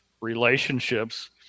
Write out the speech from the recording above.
relationships